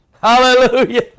Hallelujah